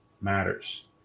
matters